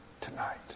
tonight